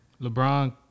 LeBron